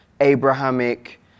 Abrahamic